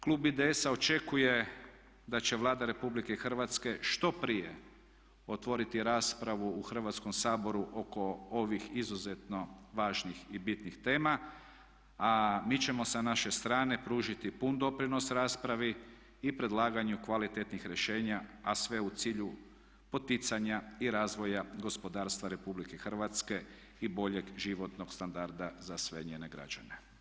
Klub IDS-a očekuje da će Vlada Republike Hrvatske što prije otvoriti raspravu u Hrvatskom saboru oko ovih izuzetno važnih i bitnih tema, a mi ćemo sa naše strane pružiti pun doprinos raspravi i predlaganju kvalitetnih rješenja a sve u cilju poticanja i razvoja gospodarstva Republike Hrvatske i boljeg životnog standarda za sve njene građane.